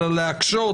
אלא להקשות